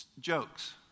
jokes